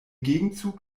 gegenzug